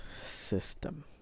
system